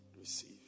receive